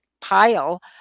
pile